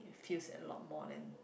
feels a lot more than